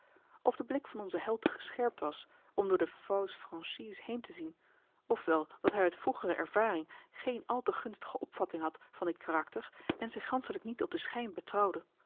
of de blik van onzen held gescherpt was om door de fausse franchise heen te zien of wel dat hij uit vroegere ervaring geen al te gunstige opvatting had van dit karakter en zich ganschelijk niet op den schijn betrouwde